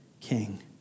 king